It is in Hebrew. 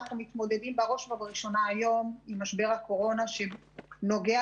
אנחנו מתמודדים עם משבר הקורונה שנוגע